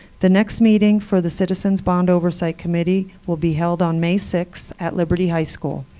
the next meeting for the citizens' bond oversight committee will be held on may six at liberty high school.